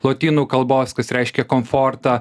lotynų kalbos kas reiškia komfortą